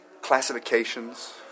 classifications